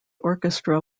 orchestra